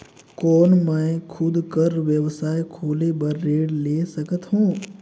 कौन मैं खुद कर व्यवसाय खोले बर ऋण ले सकत हो?